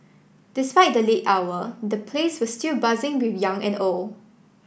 despite the late hour the place was still buzzing with young and old